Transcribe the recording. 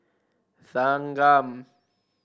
thanggam